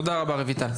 תודה רבה, רויטל.